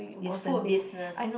is food business